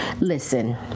listen